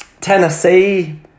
Tennessee